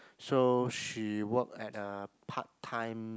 so she work at a part time